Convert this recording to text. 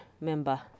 member